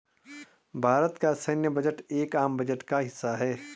भारत का सैन्य बजट एक आम बजट का हिस्सा है